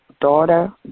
daughter